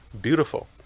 Beautiful